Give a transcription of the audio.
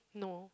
no